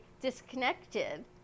disconnected